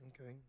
Okay